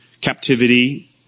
captivity